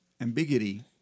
Ambiguity